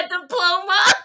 diploma